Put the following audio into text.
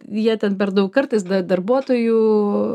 jie ten per daug kartais darbuotojų